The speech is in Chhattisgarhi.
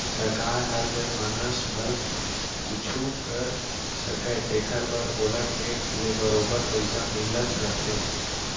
सरकार हर जनमानस बर कुछु कर सकय तेकर बर ओला टेक्स ले बरोबर पइसा मिलत रथे